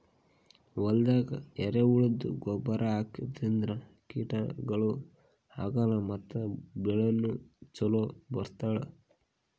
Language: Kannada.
ಹೊಲ್ದಾಗ ಎರೆಹುಳದ್ದು ಗೊಬ್ಬರ್ ಹಾಕದ್ರಿನ್ದ ಕೀಟಗಳು ಆಗಲ್ಲ ಮತ್ತ್ ಬೆಳಿನೂ ಛಲೋ ಬೆಳಿತಾವ್